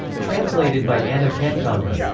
translated by anna cancogni.